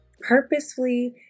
purposefully